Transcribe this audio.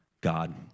God